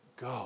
go